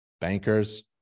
bankers